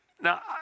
now